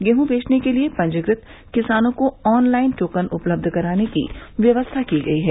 गेहूँ बेचने के लिये पंजीकृत किसानों को ऑन लाइन टोकन उपलब्ध कराने की व्यवस्था की गई है